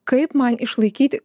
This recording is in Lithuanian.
kaip man išlaikyti